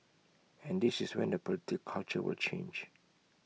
and this is when the political culture will change